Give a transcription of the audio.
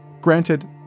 Granted